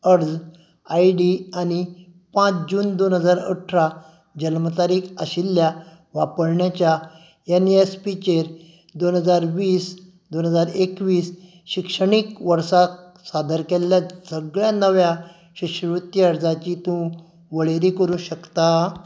अर्ज I D आनी पांच स दोन हजार अठरा जल्म तारीख आशिल्ल्या वापरप्याच्या एनएसपीचेर दोन हजार वीस दोन हजार एकवीस शिक्षणीक वर्सा सादर केल्ल्या सगळ्या नव्या शिश्यवृत्ती अर्जांची तूं वळेरी करूंक शकता